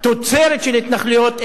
תוצרת של ההתנחלויות,